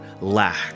lack